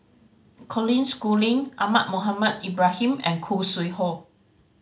Colin Schooling Ahmad Mohamed Ibrahim and Khoo Sui Hoe